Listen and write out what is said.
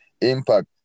impact